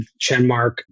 ChenMark